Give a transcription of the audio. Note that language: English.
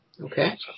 Okay